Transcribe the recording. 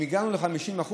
אם הגענו ל-50%,